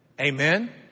Amen